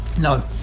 No